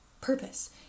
purpose